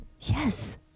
Yes